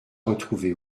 retrouvé